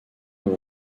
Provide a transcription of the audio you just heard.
dans